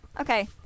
Okay